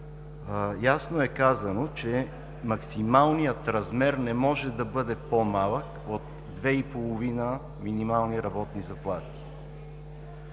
ясно е казано, че максималният размер не може да бъде по-малък от две и половина минимални работни заплати.